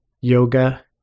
yoga